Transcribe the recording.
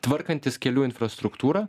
tvarkantis kelių infrastruktūrą